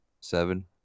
Seven